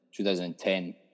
2010